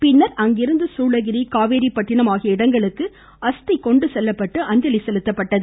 பின்னர் அங்கிருந்து சூளகிரி காவேரி பட்டிணம் ஆகிய இடங்களுக்கு அஸ்தி கொண்டு செல்லப்பட்டு அஞ்சலி செலுத்தப்பட்டது